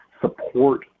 support